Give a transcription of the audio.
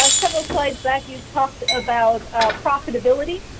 ah several slides back you talked about profitability.